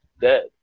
Dead